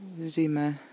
Zima